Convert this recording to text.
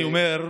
אני אומר,